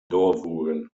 doorvoeren